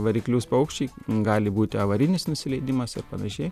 variklius paukščiai gali būti avarinis nusileidimas ir panašiai